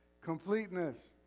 Completeness